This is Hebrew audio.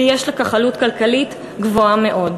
ויש לכך עלות כלכלית גבוהה מאוד.